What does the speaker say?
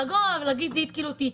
ולהגיד זה התקיל אותי.